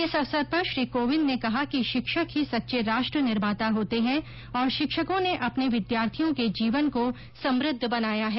इस अवसर पर श्री कोविंद ने कहा कि शिक्षक ही सच्चे राष्ट्र निर्माता होते है और शिक्षकों ने अपने विद्यार्थियों के जीवन को समृद्ध बनाया है